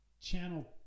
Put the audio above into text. channel